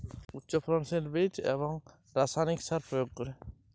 রোপা আমন ধানের ফলন কিভাবে বাড়ানো যায়?